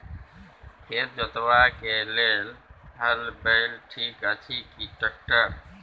खेत जोतबाक लेल हल बैल ठीक अछि की ट्रैक्टर?